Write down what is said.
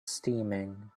steaming